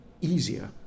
easier